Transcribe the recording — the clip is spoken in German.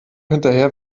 hinterher